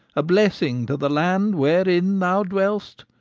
a blessing to the land wherein thou dwell'st,